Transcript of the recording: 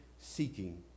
seeking